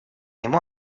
ему